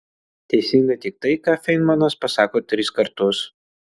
teisinga tik tai ką feinmanas pasako tris kartus